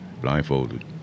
blindfolded